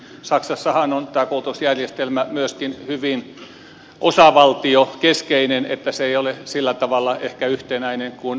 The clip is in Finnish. saksassahan on tämä koulutusjärjestelmä myöskin hyvin osavaltiokeskeinen niin että se ei ole sillä tavalla ehkä yhtenäinen kuin meillä